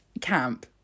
Camp